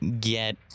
get